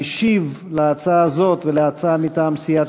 המשיב על ההצעה הזאת ועל ההצעה מטעם סיעת